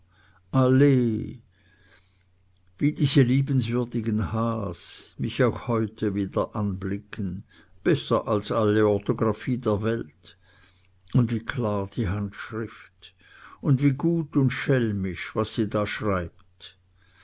alleh wie diese liebenswürdigen h's mich auch heute wieder anblicken besser als alle orthographie der welt und wie klar die handschrift und wie gut und schelmisch was sie da schreibt